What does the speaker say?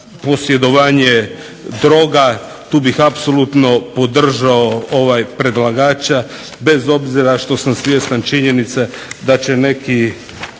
posjedovanje droga, tu bih apsolutno podržao predlagača bez obzira što sam svjestan činjenice da će neki